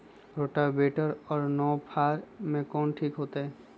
Rotavator और नौ फ़ार में कौन ठीक होतै?